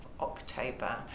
October